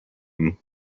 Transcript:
him